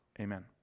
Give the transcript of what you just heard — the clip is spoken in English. Amen